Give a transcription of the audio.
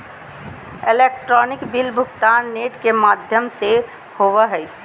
electronic bill भुगतान net के माघ्यम से होवो हइ